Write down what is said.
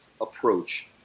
approach